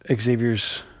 Xavier's